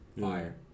Fire